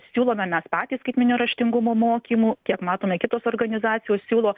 siūlome mes patys skaitmeninio raštingumo mokymų kiek matome kitos organizacijos siūlo